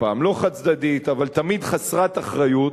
חד-צדדית, פעם לא חד-צדדית, אבל תמיד חסרת אחריות,